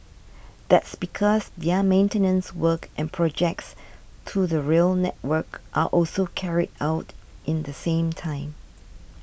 that's because the are maintenance works and projects to the rail network are also carried out in the same time